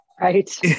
Right